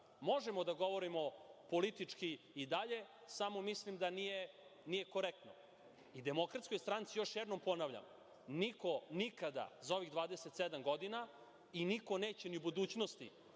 Možemo da govorimo politički i dalje, samo mislim da nije korektno. Demokratskoj stranci još jednom ponavljam, niko nikada za ovih 27 godina i niko neće ni u budućnosti